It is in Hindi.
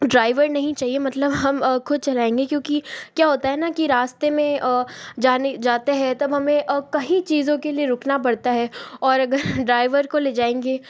ड्राइवर नहीं चाहिए मतलब हम खुद चलाएंगे क्योंकि क्या होता है ना कि रास्ते में जाने जाते हैं तब हमें कहीं चीज़ों के लिए रुकना पड़ता है और अगर ड्राइवर को ले जाएंगे